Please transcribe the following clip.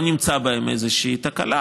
לא נמצאה בהן איזושהי תקלה,